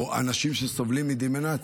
או אנשים שסובלים מדמנציה,